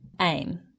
aim